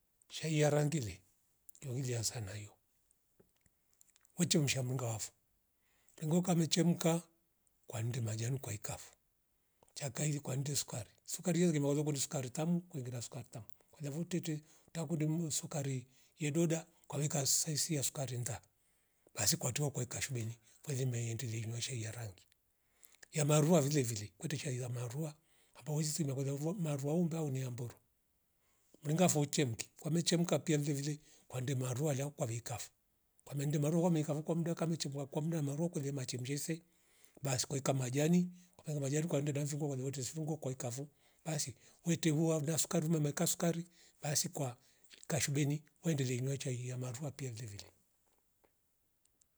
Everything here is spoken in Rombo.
Shai ya rangire yuli ansa nayo wechemsha mringa wafo mringoka mechemka kwande majani ukwaikafo cha kaili kwande sukari, sukari sukari tamu kweringira sukari tamu kuli vu tete takund msukari yedoda kaweka siasie sukari nda basi kwatua kwaeka shubuli kweli mieyendili inyo shei ya rangi, ya marua vile vile kwete chai za marua amabyo wizu sima kwelavua marua umba au ni mburu mringa fo chemke kwa mechemka pia vile vile kwande marua la kwabikafo kwamede marua wameika kavo kwa mda wa kamichuvua kwa mda marua kwele machi mjese basi kwaika majani kweka majani kwa ndedavi ungoliwote sifungo kwaikavo basi wete hua na sukari umemeka sukari basi kwa kashubeni wendilia inywa chai marua pia vilevile